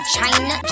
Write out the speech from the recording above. China